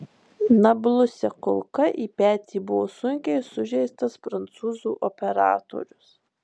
nabluse kulka į petį buvo sunkiai sužeistas prancūzų operatorius